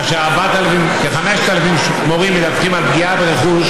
כאשר כ-5,000 מורים מדווחים על פגיעה ברכוש